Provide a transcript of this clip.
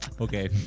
okay